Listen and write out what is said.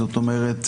זאת אומרת: